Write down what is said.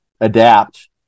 adapt